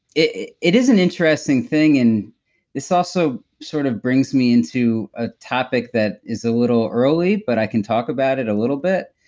it it is an interesting thing, and this also sort of brings me into a topic that is a little early, but i can talk about it a little bit.